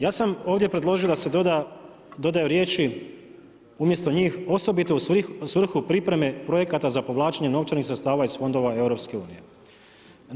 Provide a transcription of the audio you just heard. Ja sam ovdje predložio da se dodaju riječi umjesto njih osobito u svrhu pripreme projekata za povlačenje novčanih sredstava iz fondova EU-a.